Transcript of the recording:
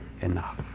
enough